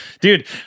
Dude